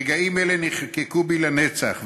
רגעים אלו נחקקו בי לנצח.